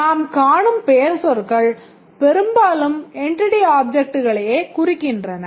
நாம் காணும் பெயர்ச்சொற்கள் பெரும்பாலும் entity ஆப்ஜெக்ட்களையே குறிக்கின்றன